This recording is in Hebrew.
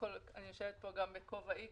אני יושבת כאן גם בכובעי